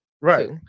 Right